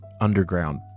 underground